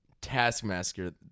taskmaster